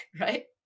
right